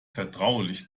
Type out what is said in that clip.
vertraulich